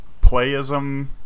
playism